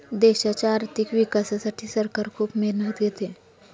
देशाच्या आर्थिक विकासासाठी सरकार खूप मेहनत घेते